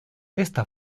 esta